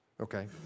Okay